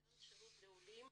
מתן שירות לעולים,